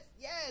yes